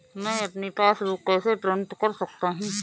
मैं अपनी पासबुक कैसे प्रिंट कर सकता हूँ?